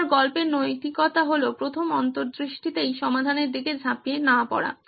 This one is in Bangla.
আবার গল্পের নৈতিকতা হলো প্রথম অন্তর্দৃষ্টিতেই সমাধানের দিকে ঝাঁপিয়ে না পড়া